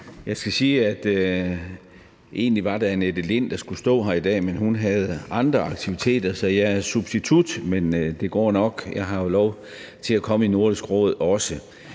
Jeg skal sige, at egentlig var det Annette Lind, der skulle stå her i dag, men hun havde andre aktiviteter, så jeg er substitut. Men det går nok, jeg har jo også lov til at komme i Nordisk Råd.